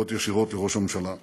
בבחירות ישירות לראש הממשלה.